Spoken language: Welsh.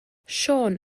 siôn